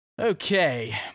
Okay